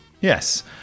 Yes